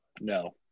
No